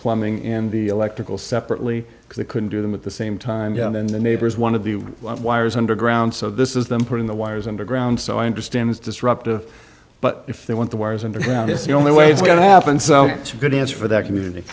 plumbing and electrical separately because they couldn't do them at the same time and the neighbors one of the wires underground so this is them putting the wires underground so i understand it's disruptive but if they want the wires underground it's the only way it's going to happen so it's a good answer for that community